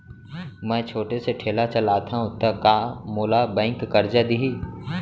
मैं छोटे से ठेला चलाथव त का मोला बैंक करजा दिही?